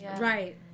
Right